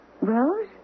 Rose